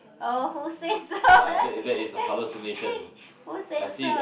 oh who say so who said so